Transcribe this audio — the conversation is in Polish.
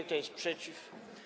Kto jest przeciw?